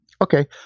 okay